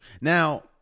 Now